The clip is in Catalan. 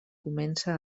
comença